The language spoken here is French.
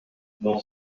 dans